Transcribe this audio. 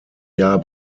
jahr